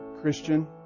Christian